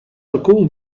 alcun